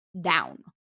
down